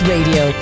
Radio